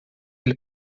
ele